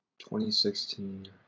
2016